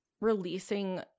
releasing